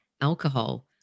alcohol